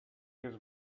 his